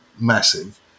massive